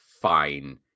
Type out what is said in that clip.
Fine